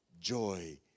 joy